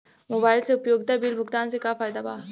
Mobile से उपयोगिता bill भुगतान से का फायदा बा?